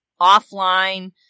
offline